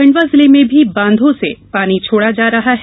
खंडवा जिले में भी बांधों से पानी छोड़ा जा रहा है